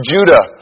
Judah